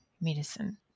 medicine